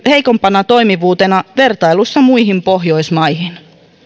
heikompana toimivuutena vertailussa muihin pohjoismaihin